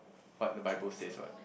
what the Bible says what